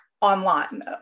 online